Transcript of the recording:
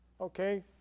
okay